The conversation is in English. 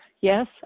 Yes